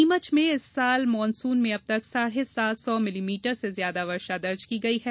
नीमच में इस वर्ष मॉनसून में अबतक साढ़े सात सौ मिलीमीटर से ज्यादा वर्षा दर्ज की गई है